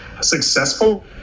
successful –